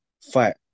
fight